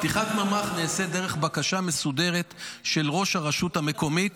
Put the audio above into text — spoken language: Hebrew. פתיחת ממ"ח נעשית דרך בקשה מסודרת של ראש הרשות המקומית.